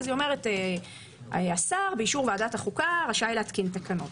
אז היא אומרת השר באישור ועדת החוקה רשאי להתקין תקנות.